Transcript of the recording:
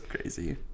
crazy